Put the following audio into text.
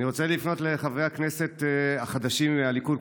אני רוצה לפנות לחברי הכנסת החדשים מהליכוד.